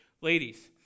Ladies